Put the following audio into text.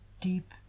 deep